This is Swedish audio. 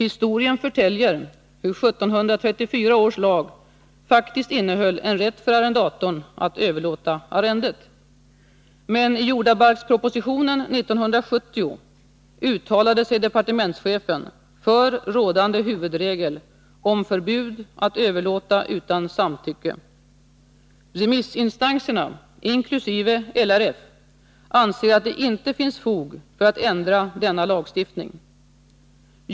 Historien förtäljer hur 1734 års lag faktiskt innehöll en rätt för arrendatorn att överlåta arrendet. Men i jordabalkspropositionen år 1970 uttalade sig departementschefen för rådande huvudregel om förbud att överlåta utan samtycke. Remissinstanserna, inkl. LRF, anser att det inte finns fog för att ändra denna lagstiftning.